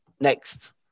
Next